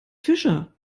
fischer